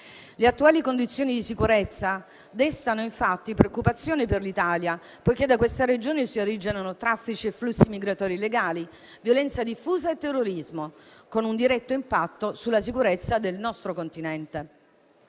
Le attuali condizioni di sicurezza destano infatti preoccupazione per l'Italia, poiché da questa regione si originano traffici e flussi migratori illegali, violenza diffusa e terrorismo, con un impatto diretto sulla sicurezza del nostro Continente.